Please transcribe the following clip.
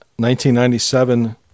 1997